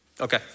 Okay